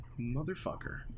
motherfucker